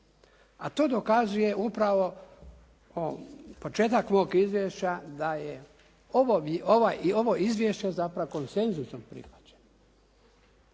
a to dokazuje upravo početak mog izvješća da je i ovo izvješće zapravo konsenzusom prihvaćeno